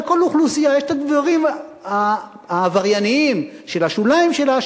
לכל אוכלוסייה יש הדברים העברייניים של השוליים שלה,